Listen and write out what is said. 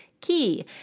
key